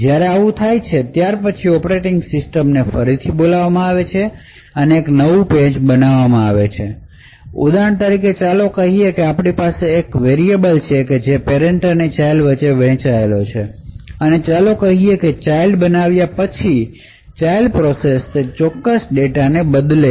જ્યારે આવું થાય છે પછી ઑપરેટિંગ સિસ્ટમ ફરીથી બોલાવવામાં આવે છે અને એક નવું પેજ બનાવવામાં આવે છે ઉદાહરણ તરીકે ચાલો કહીએ કે આપણી પાસે એક વેરિએબલછે જે પેરેંટ અને ચાઇલ્ડ પ્રોસેસ વચ્ચે વહેંચાયેલ છે અને ચાલો કહીએ કે ચાઇલ્ડ બનાવ્યા પછી ચાઇલ્ડ પ્રોસેસ તે ચોક્કસ ડેટાને બદલે છે